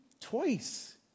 twice